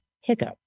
hiccup